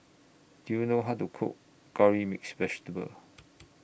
Do YOU know How to Cook Curry Mixed Vegetable